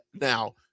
Now